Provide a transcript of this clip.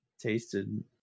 tasted